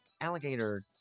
alligator